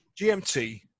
GMT